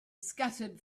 scattered